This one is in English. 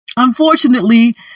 Unfortunately